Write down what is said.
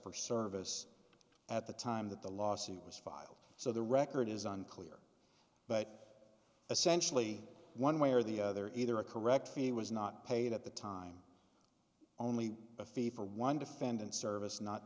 for service at the time that the lawsuit was filed so the record is unclear but essentially one way or the other either a correct fee was not paid at the time only a fee for one defendant service not